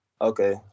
Okay